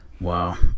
wow